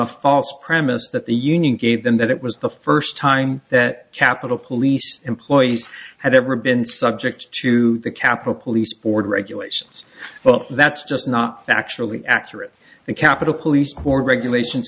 a false premise that the union gave them that it was the first time that capitol police employees had ever been subject to the capitol police board regulations but that's just not factually accurate the capitol police or regulations